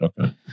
Okay